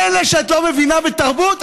מילא שאת לא מבינה בתרבות,